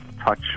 touch